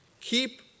Keep